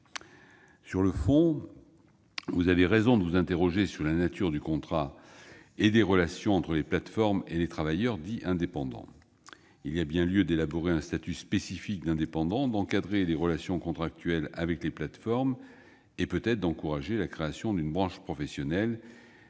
collègues, vous avez raison de vous interroger sur la nature du contrat et des relations entre les plateformes et les travailleurs dits « indépendants ». Il y a bien lieu d'élaborer un statut spécifique d'indépendant, d'encadrer les relations contractuelles avec les plateformes et, peut-être, d'encourager la création d'une branche professionnelle